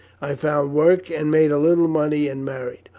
i found work, and made a little money and married.